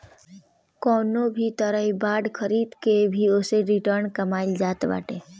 कवनो भी तरही बांड खरीद के भी ओसे रिटर्न कमाईल जात बाटे